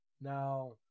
Now